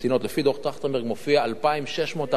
בדוח-טרכטנברג מופיע 2,640 משפחות,